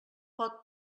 pot